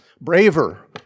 braver